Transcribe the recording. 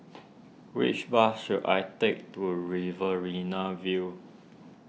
which bus should I take to Riverina View